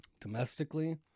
domestically